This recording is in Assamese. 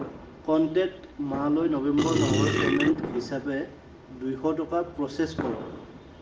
কন্টেক্ট মালৈ নৱেম্বৰ মাহৰ পে'মেণ্ট হিচাপে দুশ টকা প্ৰ'চেছ কৰক